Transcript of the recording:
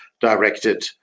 directed